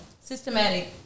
systematic